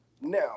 Now